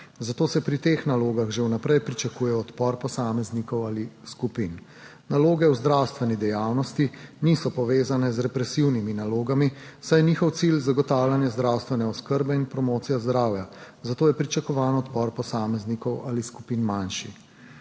zato se pri teh nalogah že vnaprej pričakuje odpor posameznikov ali skupin. Naloge v zdravstveni dejavnosti niso povezane z represivnimi nalogami, saj je njihov cilj zagotavljanje zdravstvene oskrbe in promocija zdravja, zato je pričakovan odpor posameznikov ali skupin manjši.